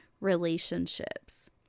relationships